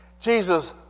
Jesus